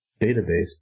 database